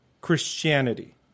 Christianity